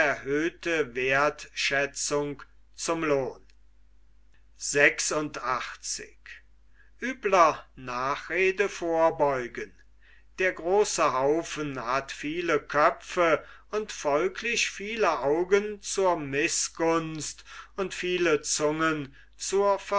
erhöhte wertschätzung zum lohn der große haufen hat viele köpfe und folglich viele augen zur mißgunst und viele zungen zur